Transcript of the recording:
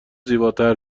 زیباتر